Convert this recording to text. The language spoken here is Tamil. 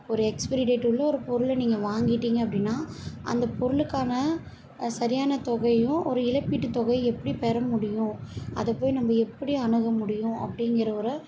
ஒரு எக்ஸ்பிரி டேட் உள்ள ஒரு பொருளை நீங்கள் வாங்கிவிட்டிங்க அப்படின்னா அந்த பொருளுக்கான சரியான தொகையும் ஒரு இழப்பீட்டு தொகையை எப்படி பெற முடியும் அதை போய் நம்ம எப்படி அணுக முடியும் அப்படிங்கற ஒரு